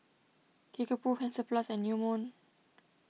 Kickapoo Hansaplast and New Moon